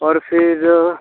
और फिर